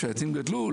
כשהעצים גדלו,